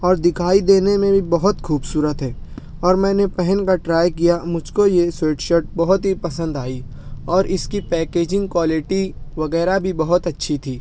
اور دکھائی دینے میں بھی بہت خوبصورت ہے اور میں نے پہن کر ٹرائی کیا مجھ کو یہ سوئٹ شرٹ بہت ہی پسند آئی اور اس کی پیکجنگ کوالٹی وغیرہ بھی بہت اچھی تھی